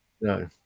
no